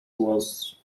was